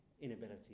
inability